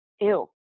ew